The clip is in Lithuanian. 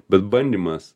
bet bandymas